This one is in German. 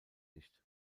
nicht